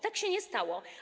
Tak się nie stało.